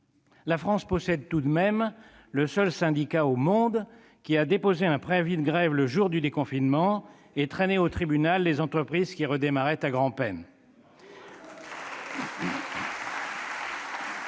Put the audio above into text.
La France possède tout de même le seul syndicat au monde ayant déposé un préavis de grève le jour du déconfinement et traîné au tribunal les entreprises qui redémarraient à grand-peine.